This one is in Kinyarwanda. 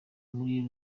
muri